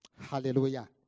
Hallelujah